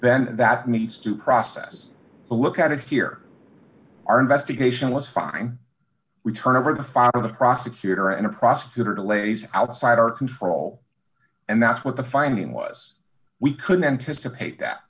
then that needs to process a look at it here our investigation was fine we turned over the father the prosecutor and the prosecutor delays outside our control and that's what the finding was we couldn't anticipate that